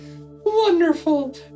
Wonderful